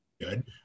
good